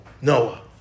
Noah